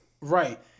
Right